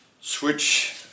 switch